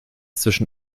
zwischen